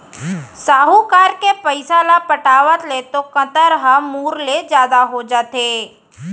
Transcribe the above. साहूकार के पइसा ल पटावत ले तो कंतर ह मूर ले जादा हो जाथे